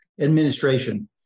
administration